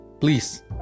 please